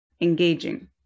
engaging